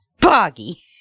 Boggy